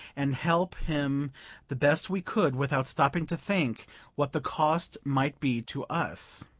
and help him the best we could without stopping to think what the cost might be to us.